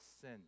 sin